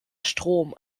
strom